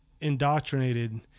indoctrinated